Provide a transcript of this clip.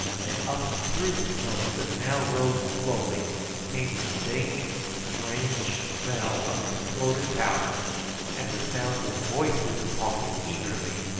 and up through the smoke that now rose slowly came the dank strange smell of exploded powder and the sounds of voices talking eagerly,